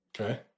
Okay